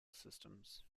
systems